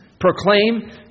Proclaim